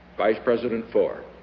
vice president ford